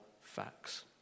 facts